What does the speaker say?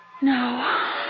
No